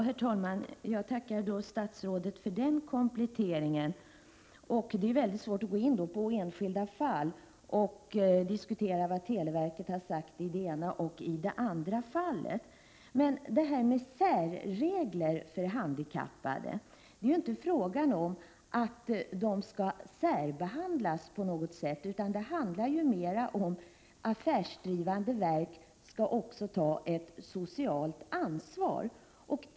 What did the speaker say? Herr talman! Jag tackar statsrådet för kompletteringen. Det är svårt att gå in på enskilda fall och diskutera vad televerket har sagt vid olika tillfällen. Det är inte fråga om att de handikappade skall särbehandlas på något sätt, utan det handlar mera om att affärsdrivande verk också skall ta ett socialt ansvar.